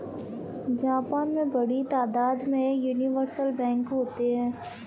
Japan में बड़ी तादाद में यूनिवर्सल बैंक होते हैं